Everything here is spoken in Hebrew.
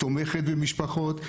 תומכת במשפחות.